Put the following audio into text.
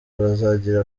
bazagira